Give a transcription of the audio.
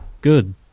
good